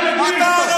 אתה ערביסט.